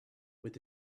with